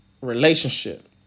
relationship